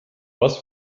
was